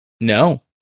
No